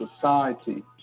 society